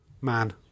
man